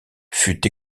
fut